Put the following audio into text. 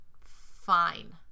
fine